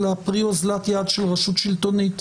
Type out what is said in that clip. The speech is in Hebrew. אלא פרי אזלת יד של רשות שלטונית,